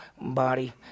body